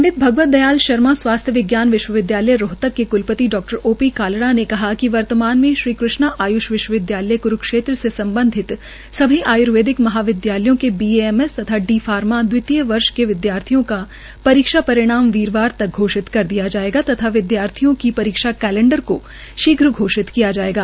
पंडित भगवत दयाल शर्मा स्वास्थ्य विज्ञान विश्वविद्यालय रोहतक के क्लपति डा ओ पी कालरा ने कहा है कि वर्तमान में श्री कृष्णा आश्ष विश्वविद्यालय क्रूक्षेत्र से सम्बधित सभी आय्र्वेदिक महाविदयालयों के बीएएमएस तथा डी फार्मा दवितीय वर्ष के िवदयार्थियों का परीक्षा परिणाम वीरवार तक घोषित कर दिया जायेगा तथा विदयार्थियों को परीक्षा कैलेंडर को शीघ्र किया जायेगा